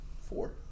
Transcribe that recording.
four